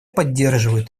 поддерживает